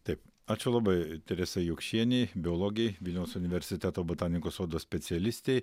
taip ačiū labai teresei jokšienei biologei vilniaus universiteto botanikos sodo specialistei